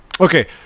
Okay